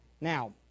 Now